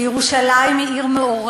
כי ירושלים היא עיר מעורבת,